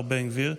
השר בן גביר.